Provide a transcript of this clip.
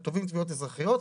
אנחנו תובעים תביעות אזרחיות.